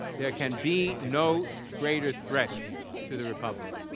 there can be no greater threat to the republic.